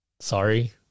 sorry